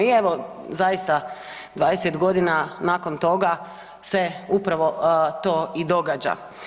I evo zaista 20 godina nakon toga se upravo to i događa.